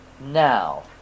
now